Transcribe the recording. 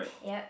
yup